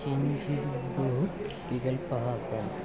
किञ्चिद् बहु विकल्पाः सन्ति